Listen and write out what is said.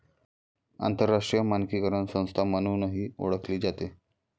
आंतरराष्ट्रीय मानकीकरण संस्था म्हणूनही ओळखली जाते